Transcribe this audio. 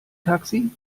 taxi